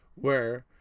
where,